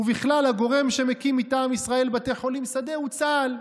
ובכלל הגורם שמקים מטעם ישראל בתי חולים שדה הוא צה"ל.